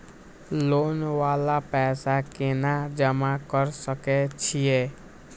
Loan वाला पैसा केना जमा कर सके छीये?